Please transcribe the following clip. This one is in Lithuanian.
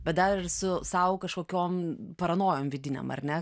bet dar ir su sau kažkokiom paranojom vidinėm ar ne